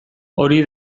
hori